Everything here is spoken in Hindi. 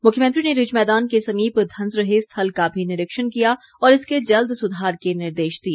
मुख्यमंत्री ने रिज मैदान के समीप धंस रहे स्थल का भी निरीक्षण किया और इसके जल्द सुधार के निर्देश दिए